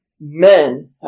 men